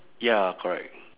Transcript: ya correct